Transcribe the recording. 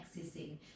accessing